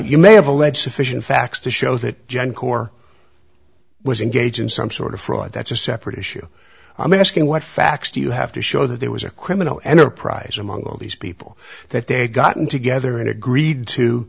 you may have a lead sufficient facts to show that junk or was engaged in some sort of fraud that's a separate issue i mean asking what facts do you have to show that there was a criminal enterprise among all these people that they had gotten together and agreed to